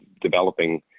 developing